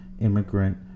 immigrant